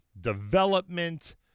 development